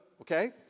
okay